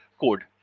code